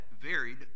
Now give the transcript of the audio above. varied